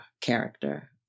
character